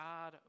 God